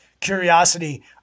curiosity